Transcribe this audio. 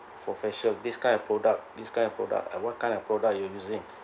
for facial this kind of product this kind of product and what kind of product you're using